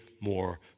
more